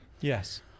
Yes